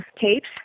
tapes